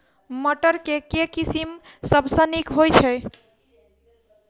मटर केँ के किसिम सबसँ नीक होइ छै?